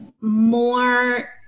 more